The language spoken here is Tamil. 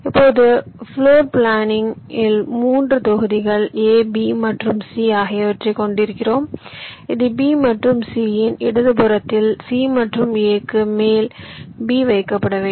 இப்போது பிளோர் பிளானிங் இல் 3 தொகுதிகள் A B மற்றும் C ஆகியவற்றைக் கொண்டிருக்கிறோம் இது B மற்றும் C இன் இடதுபுறத்தில் C மற்றும் A க்கு மேல் B வைக்கப்பட வேண்டும்